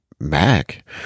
Mac